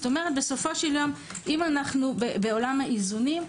כלומר בסופו של יום אם אנו בעולם האיזונים,